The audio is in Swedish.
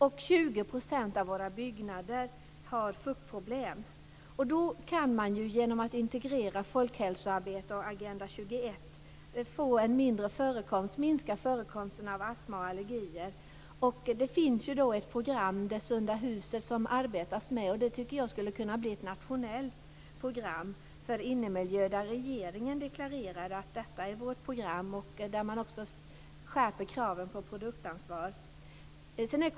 Det finns fuktproblem i Man kan genom att integrera folkhälsoarbete och Agenda 21-arbete minska förekomsten av astma och allergier. Det finns ett program - Det sunda huset - som man arbetar med. Det tycker jag skulle kunna bli ett nationellt program för bättre innemiljö. Regeringen skulle kunna deklarera att programmet skall följas. Kraven på produktansvar skulle också kunna skärpas.